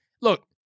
look